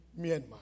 Myanmar